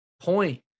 point